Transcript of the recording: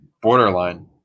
Borderline